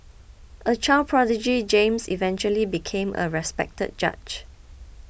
a child prodigy James eventually became a respected judge